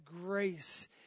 grace